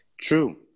true